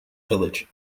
village